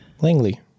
Langley